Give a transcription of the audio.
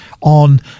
on